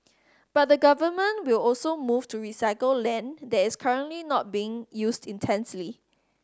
but the Government will also move to recycle land that is currently not being used intensely